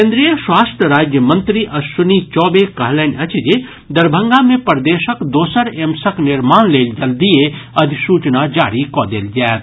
केन्द्रीय स्वास्थ्य राज्य मंत्री अश्विनी चौबे कहलनि अछि जे दरभंगा मे प्रदेशक दोसर एम्सक निर्माण लेल जल्दीए अधिसूचना जारी कऽ देल जायत